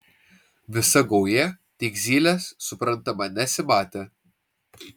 visa gauja tik zylės suprantama nesimatė